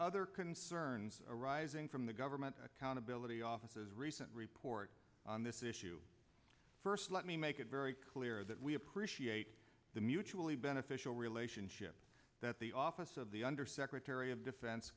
other concerns arising from the government accountability office a recent report on this issue first let me make it very clear that we appreciate the mutually beneficial relationship that the office of the undersecretary of defense